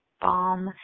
bomb